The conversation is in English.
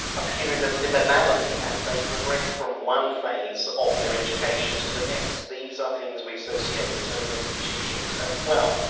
a period of liminality as they progress from one phase of their education to the next. these are things we associate with total institutions as well.